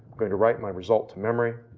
going to write my results memory,